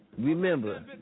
Remember